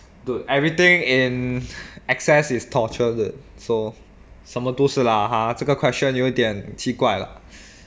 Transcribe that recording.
dude everything in excess is torture dude so 什么都是 lah !huh! 这个 question 有点奇怪 lah